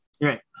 right